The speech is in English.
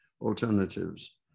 alternatives